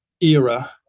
era